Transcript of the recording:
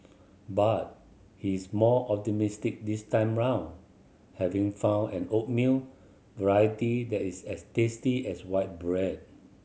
but he is more optimistic this time round having found an oatmeal variety that is as tasty as white bread